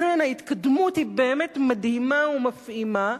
לכן, ההתקדמות היא באמת מדהימה ומפעימה.